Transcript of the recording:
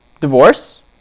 divorce